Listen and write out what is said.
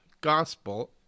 gospel